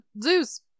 Zeus